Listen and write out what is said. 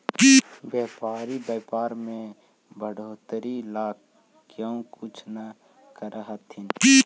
व्यापारी व्यापार में बढ़ोतरी ला क्या कुछ न करथिन